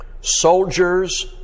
Soldiers